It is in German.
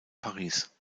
paris